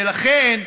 ולכן,